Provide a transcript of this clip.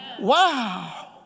Wow